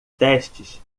testes